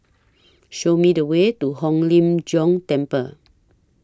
Show Me The Way to Hong Lim Jiong Temple